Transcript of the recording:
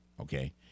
Okay